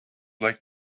like